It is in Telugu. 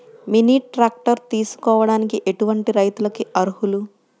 మినీ ట్రాక్టర్ తీసుకోవడానికి ఎటువంటి రైతులకి అర్హులు?